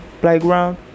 Playground